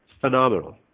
Phenomenal